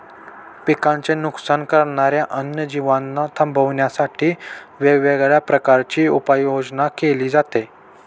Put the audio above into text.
पिकांचे नुकसान करणाऱ्या अन्य जीवांना थांबवण्यासाठी वेगवेगळ्या प्रकारची उपाययोजना केली जाते